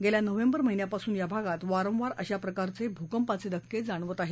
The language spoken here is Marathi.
गेल्या नोव्हेम्बर महिन्यापासून या भागात वारंवार अशा प्रकारचे भूकंपाचे धक्के जाणवत आहेत